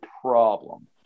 problem